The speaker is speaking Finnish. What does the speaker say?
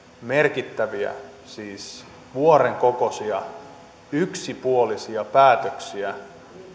merkittäviä siis vuoren kokoisia yksipuolisia päätöksiä